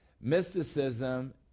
Mysticism